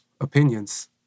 opinions